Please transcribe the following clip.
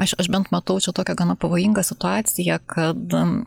aš aš bent matau tokią gana pavojingą situaciją kad